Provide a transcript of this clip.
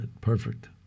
Perfect